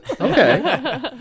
okay